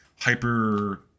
hyper